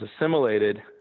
assimilated